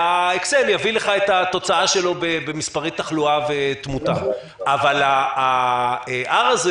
והאקסל יביא לך את התוצאה שלו במספרי תחלואה ותמותה אבל ה-R הזה